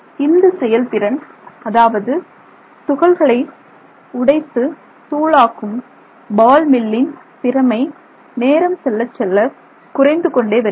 இந்த செயல் திறன் அதாவது துகள்களை உடைத்து தூளாக்கும் பால் மில்லின் திறமை நேரம் செல்லச் செல்ல குறைந்துகொண்டே வருகிறது